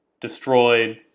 destroyed